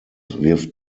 wirft